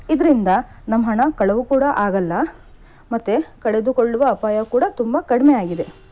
ಇದರಿಂದ ನಮ್ಮ ಹಣ ಕಳವು ಕೂಡ ಆಗೋಲ್ಲ ಮತ್ತು ಕಳೆದುಕೊಳ್ಳುವ ಅಪಾಯ ಕೂಡ ತುಂಬ ಕಡಿಮೆಯಾಗಿದೆ